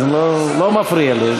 לא מפריע לי,